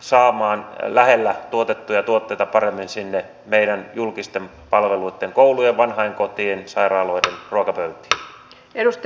saamaan lähellä tuotettuja tuotteita paremmin sinne meidän julkisten palveluitten koulujen vanhainkotien sairaaloiden ruokapöytiin